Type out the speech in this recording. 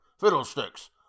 Fiddlesticks